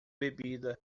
bebida